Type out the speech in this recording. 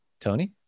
Tony